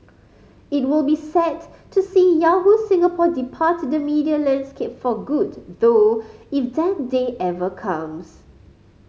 it will be sad to see Yahoo Singapore depart the media landscape for good though if that day ever comes